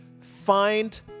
find